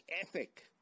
ethic